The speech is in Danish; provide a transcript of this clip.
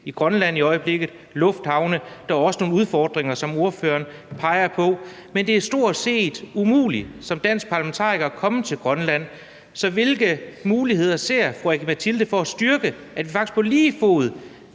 i Grønland i øjeblikket, bl.a. lufthavne, og også nogle udfordringer, som ordføreren peger på. Men det er stort set umuligt som dansk parlamentariker at komme til Grønland. Så hvilke muligheder ser fru Aki-Matilda Høegh-Dam for at styrke, at vi faktisk på lige fod,